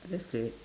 that's good